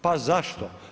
Pa zašto?